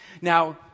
Now